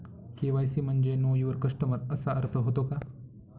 KYC म्हणजे know your customer असा अर्थ होतो का?